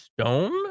Stone